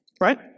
Right